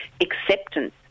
acceptance